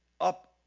up